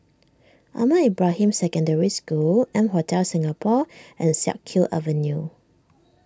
Ahmad Ibrahim Secondary School M Hotel Singapore and Siak Kew Avenue